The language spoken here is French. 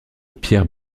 pierre